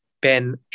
Ben